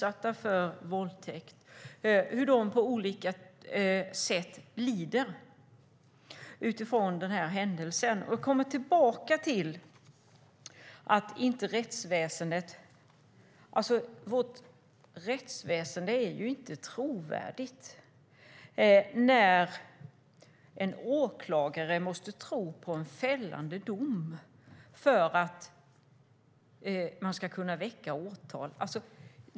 Det är framför allt kvinnor, för det är mestadels kvinnor som blir utsatta för våldtäkter. Vårt rättsväsen är inte trovärdigt när en åklagare måste tro på en fällande dom för att kunna väcka åtal.